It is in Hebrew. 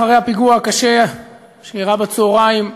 אחרי הפיגוע הקשה שהיה בצהריים,